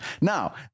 Now